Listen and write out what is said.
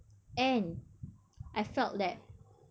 and I felt that